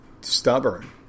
stubborn